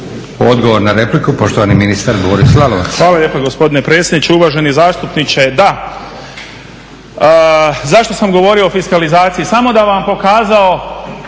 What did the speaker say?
Odgovor na repliku poštovani ministar Boris Lalovac. **Lalovac, Boris (SDP)** Hvala lijepa gospodine predsjedniče. Uvaženi zastupniče, da zašto sam govorio o fiskalizaciji? Samo da bi vam pokazao